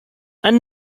and